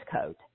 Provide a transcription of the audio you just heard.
code